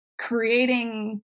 creating